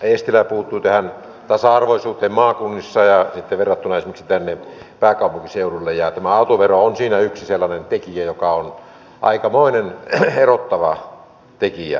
eestilä puuttui tähän tasa arvoisuuteen maakunnissa verrattuna esimerkiksi tähän pääkaupunkiseutuun ja tämä autovero on siinä yksi sellainen tekijä joka on aikamoinen erottava tekijä